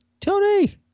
Tony